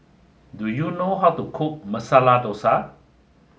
do you know how to cook Masala Dosa